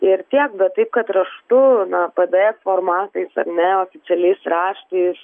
ir tiek bet taip kad raštu na pdf formatais ar ne oficialiais raštais